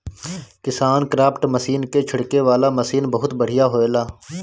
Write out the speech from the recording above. KisanKraft machine के छिड़के वाला मशीन बहुत बढ़िया होएला